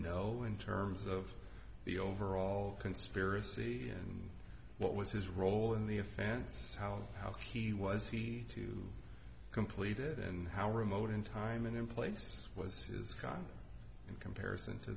know in terms of the overall conspiracy and what was his role in the offense how how he was he to complete it and how remote in time and in place with his son in comparison to